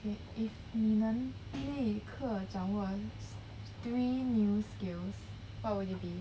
if if 你能立刻掌握 three new skills what would it be